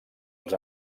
als